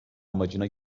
amacına